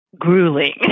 grueling